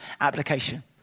application